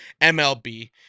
MLB